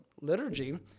liturgy